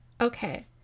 Okay